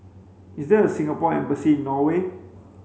is there a Singapore embassy in Norway